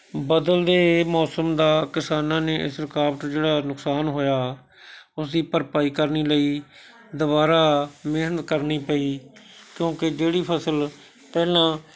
ਬਦਲਦੇ ਮੌਸਮ ਦਾ ਕਿਸਾਨਾਂ ਨੇ ਇਸ ਰੁਕਾਵਟ ਜਿਹੜਾ ਨੁਕਸਾਨ ਹੋਇਆ ਉਸਦੀ ਭਰਭਾਈ ਕਰਨੇ ਲਈ ਦੁਬਾਰਾ ਮਿਹਨਤ ਕਰਨੀ ਪਈ ਕਿਉਂਕਿ ਜਿਹੜੀ ਫਸਲ ਪਹਿਲਾਂ